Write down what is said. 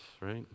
right